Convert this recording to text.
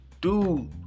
dude